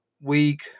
week